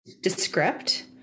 Descript